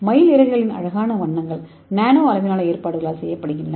மயில் இறகுகளின் அழகான வண்ணங்கள் நானோ அளவிலான ஏற்பாடுகளால் ஏற்படுகின்றன